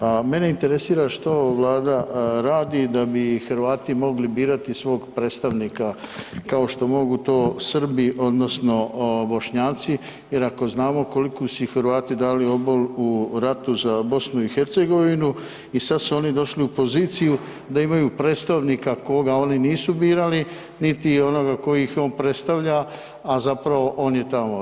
A mene interesira što Vlada radi da bi Hrvati mogli birati svog predstavnika kao što to mogu Srbi odnosno Bošnjaci jer ako znamo koliki su Hrvati dali obol u ratu za BiH i sada su oni došli u poziciju da imaju predstavnika koga oni nisu birali, niti onoga ko ih on predstavlja, a zapravo on je tamo.